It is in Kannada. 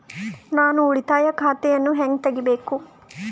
ನಾನು ಉಳಿತಾಯ ಖಾತೆಯನ್ನು ಹೆಂಗ್ ತಗಿಬೇಕು?